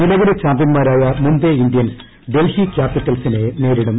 നിലവിലെ ചാമ്പ്യൻമാരായ മുംബൈ ഇന്ത്യൻസ് ഡൽഹി ക്യാപിറ്റൽസിനെ നേരിടും